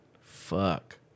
Fuck